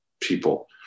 people